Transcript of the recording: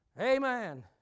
Amen